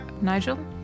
Nigel